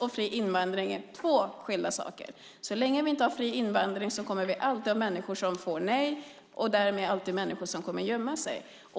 och fri invandring är två skilda saker. Så länge vi inte har fri invandring kommer vi alltid att ha människor som får nej och därmed alltid människor som kommer att gömma sig.